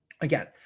again